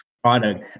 product